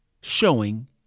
showing